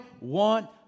want